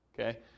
Okay